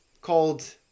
called